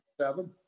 seven